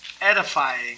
edifying